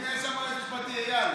הינה, יש שם יועץ משפטי, איל.